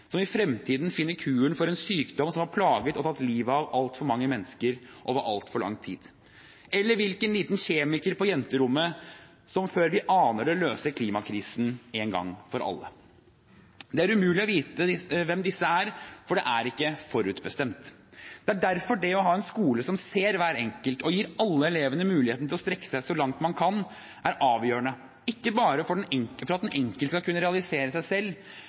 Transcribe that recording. som i fremtiden finner kuren for en sykdom som har plaget og tatt livet av altfor mange mennesker over altfor lang tid, eller hvilken liten kjemiker på jenterommet som før vi aner det, løser klimakrisen én gang for alle. Det er umulig å vite hvem disse er, for det er ikke forutbestemt. Det er derfor det å ha en skole som ser hver enkelt og gir alle elevene muligheten til å strekke seg så langt man kan, er avgjørende, ikke bare for at den enkelte skal kunne realisere seg selv,